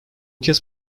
kez